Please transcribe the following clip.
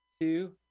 two